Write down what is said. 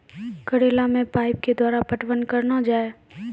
करेला मे पाइप के द्वारा पटवन करना जाए?